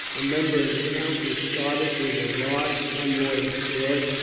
a member of the council, started with a large convoy of stores,